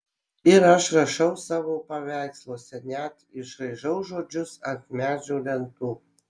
ir aš rašau savo paveiksluose net išraižau žodžius ant medžio lentų